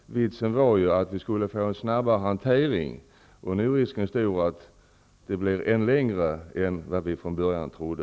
Vitsen var att vi skulle få en snabbare hantering. Nu är risken stor att handläggningstiderna blir ännu längre än vi från början trodde.